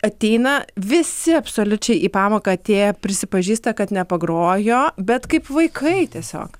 ateina visi absoliučiai į pamoką atėję prisipažįsta kad nepagrojo bet kaip vaikai tiesiog